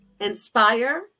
inspire